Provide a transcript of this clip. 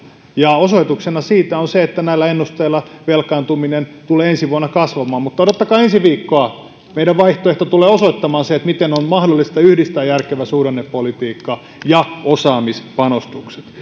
ja osoituksena siitä on se että näillä ennusteilla velkaantuminen tulee ensi vuonna kasvamaan mutta odottakaa ensi viikkoa meidän vaihtoehtomme tulee osoittamaan sen miten on mahdollista yhdistää järkevä suhdannepolitiikka ja osaamispanostukset